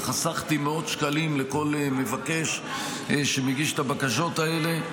וחסכתי מאות שקלים לכל מבקש שמגיש את הבקשות האלה.